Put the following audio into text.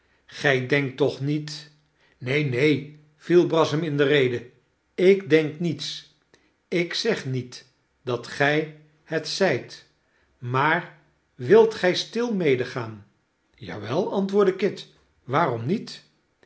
gij denkt toch niet neen neen viel brass hem in de rede ik denk niets ik zeg niet dat gy het zijt maar wilt gij stil medegaan ja wel antwoordde kit waarom niet